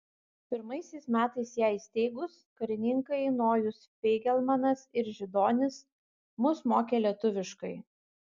pirmaisiais metais ją įsteigus karininkai nojus feigelmanas ir židonis mus mokė lietuviškai